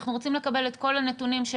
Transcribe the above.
אנחנו רוצים לקבל את כל הנתונים של